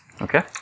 Okay